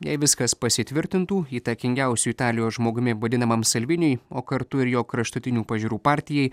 jei viskas pasitvirtintų įtakingiausiu italijos žmogumi vadinamam salviniui o kartu ir jo kraštutinių pažiūrų partijai